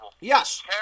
Yes